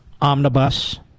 omnibus